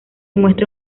muestra